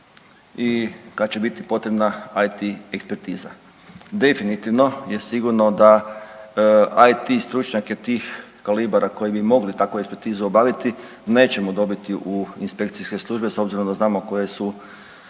i kad će biti potrebna IT ekspertiza. Definitivno je sigurno da IT stručnjake tih kalibara koji bi mogli takvu ekspertizu obaviti nećemo dobiti u inspekcijske službe s obzirom da znamo koje su,